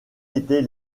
étaient